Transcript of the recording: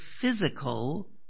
physical